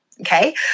Okay